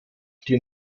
die